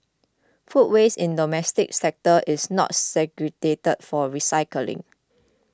food waste in the domestic sector is not segregated for recycling